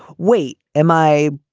wait, m i,